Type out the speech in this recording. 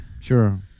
Sure